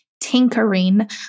tinkering